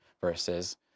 versus